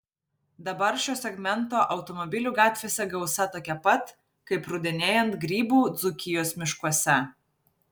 dabar šio segmento automobilių gatvėse gausa tokia pat kaip rudenėjant grybų dzūkijos miškuose